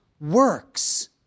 works